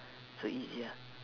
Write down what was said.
so easier